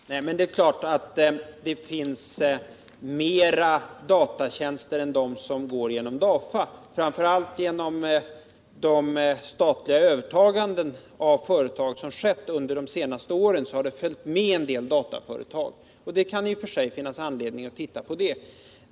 Herr talman! Det är klart att det finns mer av datatjänster än de som går igenom DAFA. Framför allt i samband med statligt övertagande av företag under det senaste året har det följt med en del dataföretag. Det kan i och för sig finnas anledning att titta på det.